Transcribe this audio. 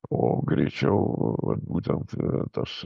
o greičiau vat būtent tas